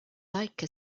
like